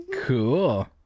Cool